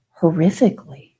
horrifically